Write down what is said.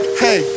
hey